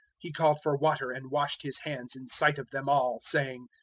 he called for water and washed his hands in sight of them all, saying,